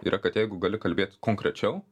yra kad jeigu gali kalbėt konkrečiau